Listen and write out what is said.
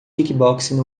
kickboxing